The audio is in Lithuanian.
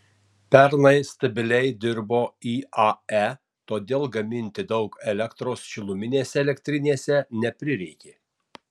pernai stabiliai dirbo iae todėl gaminti daug elektros šiluminėse elektrinėse neprireikė